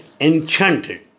enchanted